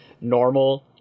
normal